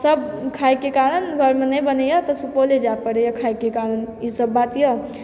सब खाइके कारण घरमे नै बनैए तऽ सुपौले जाय पड़ैए खाइके कारण ई सब बात य